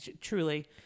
truly